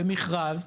במכרז,